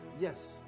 yes